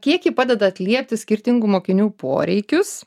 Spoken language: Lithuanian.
kiek ji padeda atliepti skirtingų mokinių poreikius